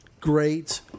great